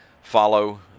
follow